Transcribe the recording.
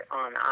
on